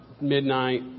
midnight